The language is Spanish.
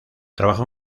trabajó